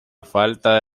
falta